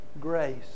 grace